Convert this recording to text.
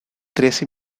trece